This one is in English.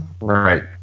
right